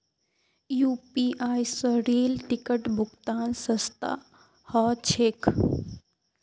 UPI स rail ticket भुक्तान सस्ता ह छेक